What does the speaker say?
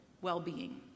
well-being